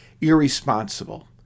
irresponsible